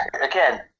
Again